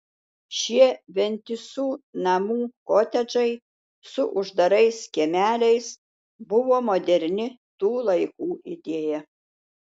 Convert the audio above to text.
šie vientisų namų kotedžai su uždarais kiemeliais buvo moderni tų laikų idėja